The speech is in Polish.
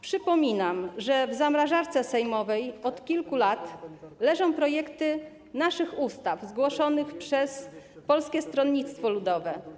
Przypominam, że w zamrażarce sejmowej od kilku lat leżą projekty naszych ustaw zgłoszonych przez Polskie Stronnictwo Ludowe.